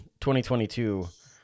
2022